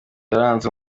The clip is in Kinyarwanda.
yaranze